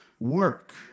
work